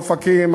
אופקים,